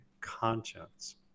conscience